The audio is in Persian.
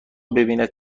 ببیند